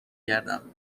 گردم